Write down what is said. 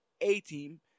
A-team